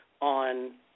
on